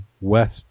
West